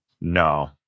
No